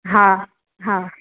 હા હા